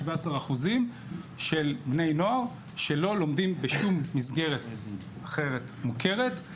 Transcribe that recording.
של בני נוער שלא לומדים בשום מסגרת אחרת מוכרת.